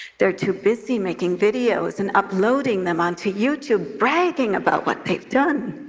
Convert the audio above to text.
they're too busy making videos and uploading them onto youtube, bragging about what they've done.